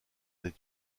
des